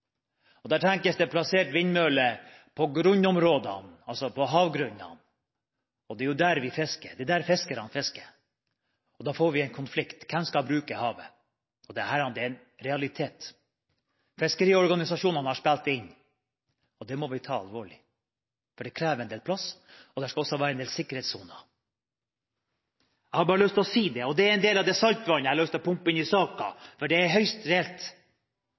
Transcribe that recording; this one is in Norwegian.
jo der fiskerne fisker. Da får vi en konflikt: Hvem skal bruke havet? Dette er en realitet fiskeriorganisasjonene har spilt inn, og det må vi ta alvorlig, for det krever en del plass, og det skal også være en del sikkerhetssoner. Jeg hadde bare lyst til å si det. Det er en del av det saltvannet jeg har lyst til å pumpe inn i saken, for det er høyst reelt